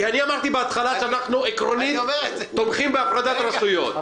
אמרתי בהתחלה שאנחנו עקרונית תומכים בהפרדת רשויות,